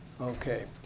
Okay